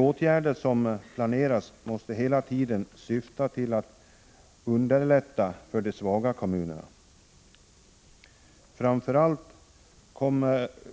Åtgärderna måste hela tiden syfta till att underlätta för de svaga kommunerna. Framför allt